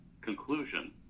conclusion